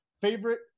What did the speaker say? Favorite